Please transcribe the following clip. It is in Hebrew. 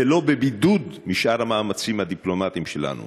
ולא בבידוד משאר המאמצים הדיפלומטיים שלנו.